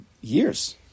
years